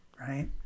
right